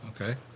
Okay